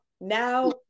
now